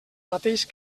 mateix